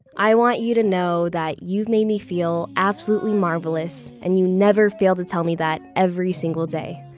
i want you to know that you've made me feel absolutely marvelous and you never failed to tell me that every single day.